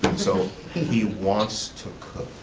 so he he wants to cook.